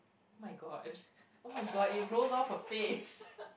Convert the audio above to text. oh-my-god oh-my-god it rolled off her face